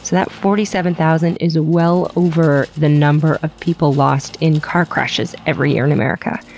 that forty seven thousand is well over the number of people lost in car crashes every year in america.